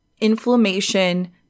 inflammation